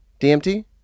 DMT